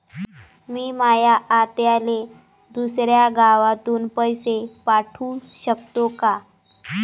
मी माया आत्याले दुसऱ्या गावातून पैसे पाठू शकतो का?